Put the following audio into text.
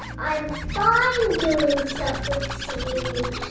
i'm fine doing stuff with seaweed,